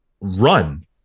run